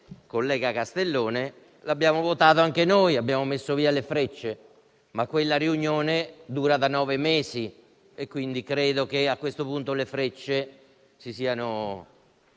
collega Castellone, l'abbiamo votato anche noi, mettendo via le frecce; ma quella riunione dura da nove mesi e credo che, a questo punto, le frecce si siano